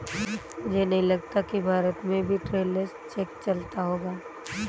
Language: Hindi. मुझे नहीं लगता कि भारत में भी ट्रैवलर्स चेक चलता होगा